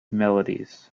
melodies